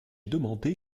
demandé